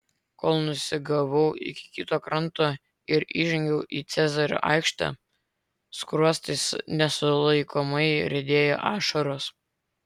kol nusigavau iki kito kranto ir įžengiau į cezario aikštę skruostais nesulaikomai riedėjo ašaros